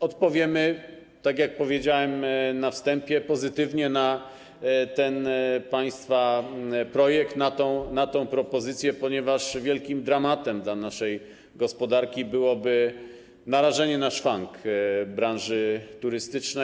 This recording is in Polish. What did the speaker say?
Odpowiemy, tak jak powiedziałem na wstępie, pozytywnie na ten państwa projekt, na tę propozycję, ponieważ wielkim dramatem dla naszej gospodarki byłoby narażenie na szwank branży turystycznej.